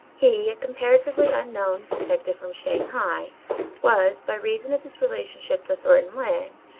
he, a comparatively unknown detective from shanghai was by reason of his relationship to thornton lyne,